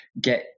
get